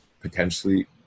potentially